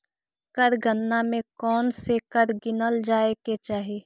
कर गणना में कौनसे कर गिनल जाए के चाही